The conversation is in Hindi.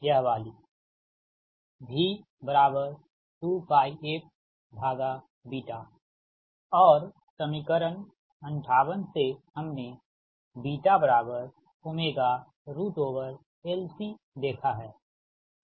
यह वाली v 2 f और समीकरण 58 से हमने LC देखा है